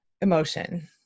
emotion